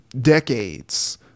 decades